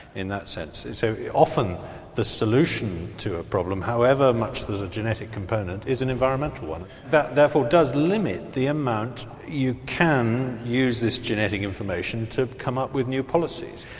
in that sense. so often the solution to a problem, however however much there's a genetic component, is an environmental one. that therefore does limit the amount you can use this genetic information to come up with new policies.